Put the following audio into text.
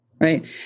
Right